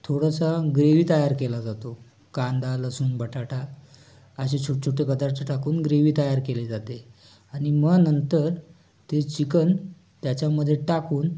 थोडंसा ग्रेवी तयार केला जातो कांदा लसूण बटाटा असे छोटे छोटे पदार्थ टाकून ग्रेवी तयार केली जाते आणि मग नंतर ते चिकन त्याच्यामध्ये टाकून